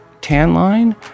Tanline